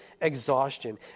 exhaustion